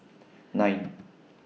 nine